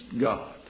God